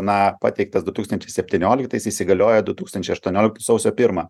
na pateiktas du tūkstančiai septynioliktaisiais įsigaliojo du tūkstančiai aštuonioliktų sausio pirmą